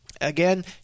Again